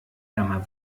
ärmer